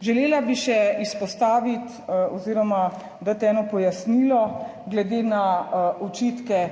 Želela bi še izpostaviti oziroma dati eno pojasnilo glede na očitke,